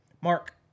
Mark